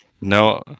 No